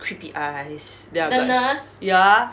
creepy eyes then I was like ya